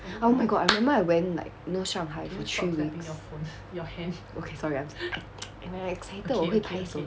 oh my god I remember I went like you know shanghai for three weeks okay sorry when I'm excited 我会拍手